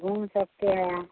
घूम सकते हैं आप